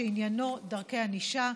שעניינו דרכי ענישה.